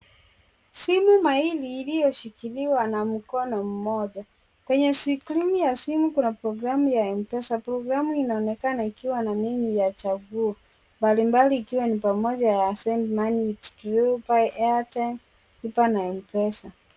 Simu mahiri iliyoshikiliwa na mkono mmoja. Kwenye skrini ya simu kuna programu ya m-pesa. Programu inaonekana ikiwa na menyu ya chaguo mbalimbali ikiwa ni pamoja ya Send Money, Withdraw, Buy Airtime , Lipa na M-pesa.